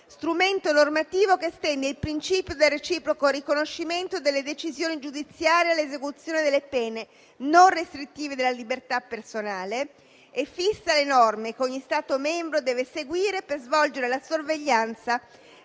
strumento normativo che estende il principio del reciproco riconoscimento delle decisioni giudiziarie e l'esecuzione delle pene non restrittive della libertà personale e fissa le norme che ogni Stato membro deve seguire per svolgere la sorveglianza